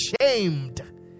shamed